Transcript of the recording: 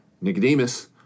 Nicodemus